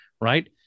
right